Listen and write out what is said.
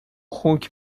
خوک